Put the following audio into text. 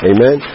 Amen